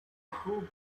proved